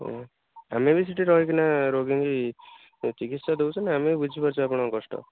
ହଁ ଆମେ ବି ସେଠି ରହିକିନା ରୋଗୀଙ୍କି ଚିକିତ୍ସା ଦେଉଛୁ ନା ଆମେ ବି ବୁଝିପାରୁଛୁ ଆପଣଙ୍କ କଷ୍ଟ